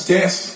Yes